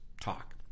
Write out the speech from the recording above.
talk